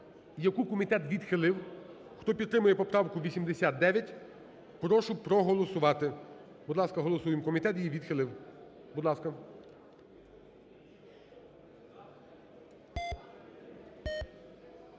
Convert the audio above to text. яку комітет відхилив. Хто підтримує поправку 89, прошу проголосувати. Будь ласка, голосуємо. Комітет її відхилив. Будь ласка.